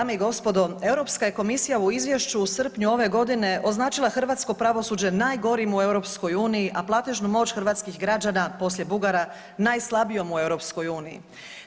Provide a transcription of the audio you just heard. Dame i gospodo, Europska je komisija u izvješću u srpnju ove godine označila hrvatsko pravosuđe najgorim u EU-u a platežnu moć hrvatskih građana poslije Bugara, najslabijom u EU-u.